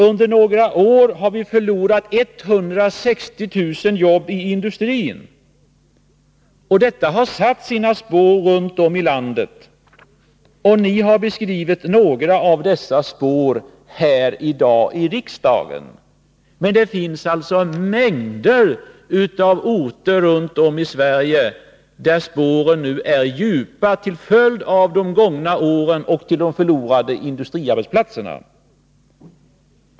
Under några år har vi förlorat 160 000 jobb i industrin, och detta har satt sina spår runt om i landet. Ni har beskrivit några av dessa spår här i riksdagen i dag. Men det finns alltså mängder av orter runt om i Sverige där spåren nu är djupa, till följd av de gångna årens politik och de förlorade industriarbetsplatserna.